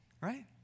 right